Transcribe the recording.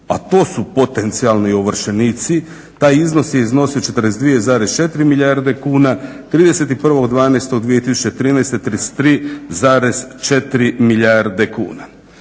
a to su potencijalni ovršenici, taj iznos je iznosio 42,4 milijarde kuna, 31.12.2013. 33,4 milijarde kuna.